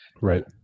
Right